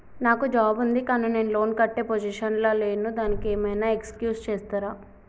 నాకు జాబ్ ఉంది కానీ నేను లోన్ కట్టే పొజిషన్ లా లేను దానికి ఏం ఐనా ఎక్స్క్యూజ్ చేస్తరా?